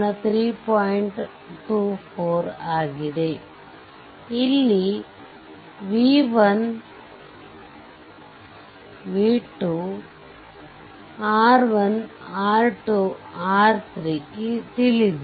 24 ಇಲ್ಲಿ v1v2 R 1 R 2 R3 ತಿಳಿದಿದೆ